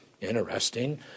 interesting